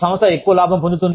సంస్థ ఎక్కువ లాభం పొందుతుంది